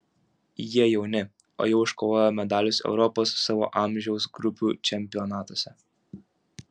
jie jauni o jau iškovojo medalius europos savo amžiaus grupių čempionatuose